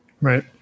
Right